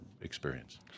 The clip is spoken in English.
experience